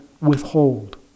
withhold